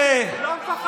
בכנסת.